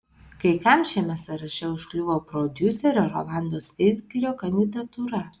kai kam šiame sąraše užkliuvo prodiuserio rolando skaisgirio kandidatūra